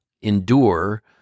endure